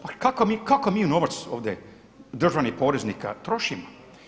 Pa kakav mi novac ovdje državnih poreznika trošimo?